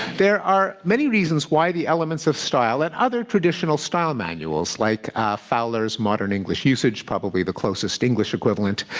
there are many reasons why the elements of style and other traditional style manuals like fowler's modern english usage, probably the closest english equivalent,